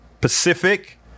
Pacific